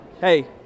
hey